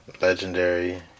legendary